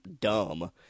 dumb